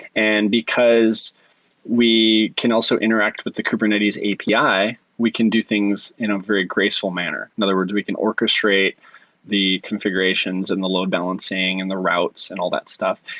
and because we can also interact with the kubernetes api, we can do things in a very graceful manner. in other words, we can orchestrate the configurations in the load-balancing and the routes and all that stuff.